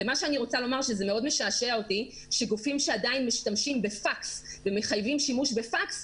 זה מאוד משעשע אותי שגופים שעדיין משתמשים בפקס ומחייבים שימוש בפקס,